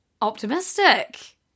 optimistic